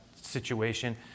situation